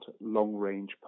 long-range